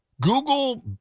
Google